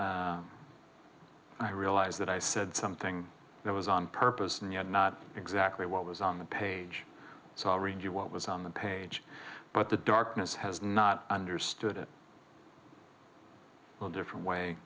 around i realize that i said something that was on purpose and yet not exactly what was on the page so i'll read you what was on the page but the darkness has not understood it well different way